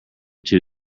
two